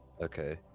Okay